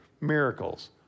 miracles